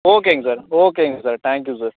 ஓகேங்க சார் ஓகேங்க sir thank you sir